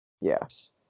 Yes